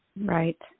Right